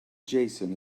jason